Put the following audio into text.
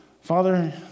Father